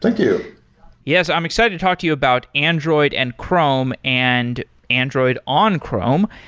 thank you. yeah. so i'm excited to talk to you about android and chrome and android on chrome.